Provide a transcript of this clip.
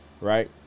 right